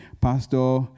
pastor